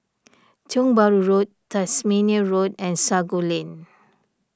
Tiong Bahru Road Tasmania Road and Sago Lane